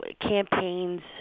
campaigns